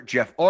Jeff